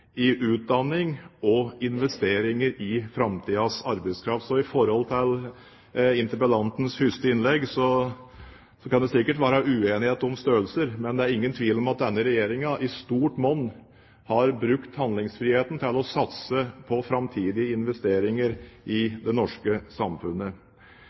framtidas arbeidskraft. Når det gjelder interpellantens første innlegg, så kan det sikkert være uenighet om størrelser, men det er ingen tvil om at denne regjeringen i stort monn har brukt handlingsfriheten til å satse på framtidige investeringer